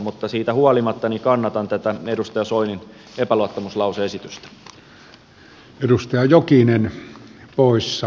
mutta siitä huolimatta kannatan tätä edustaja soinin epäluottamuslause esitystä